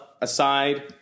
aside